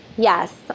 Yes